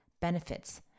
benefits